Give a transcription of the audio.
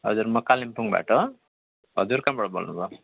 हजुर म कालिम्पोङबाट हजुर कहाँबाट बोल्नुभयो